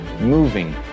moving